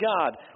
God